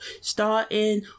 starting